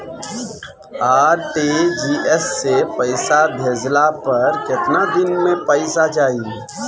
RTGS से पईसा भेजला पर केतना दिन मे पईसा जाई?